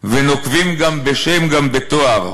/ ונוקבים גם בשם גם בתואר,